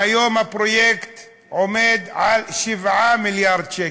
והיום הפרויקט עומד על 7 מיליארד שקלים,